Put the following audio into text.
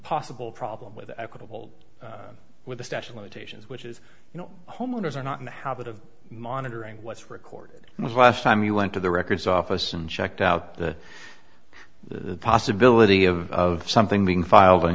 possible problem with the equitable with the statue of limitations which is you know homeowners are not in the habit of monitoring what's recorded last time you went to the records office and checked out the the possibility of of something being filed on